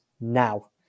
now